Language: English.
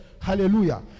Hallelujah